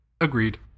Agreed